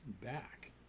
back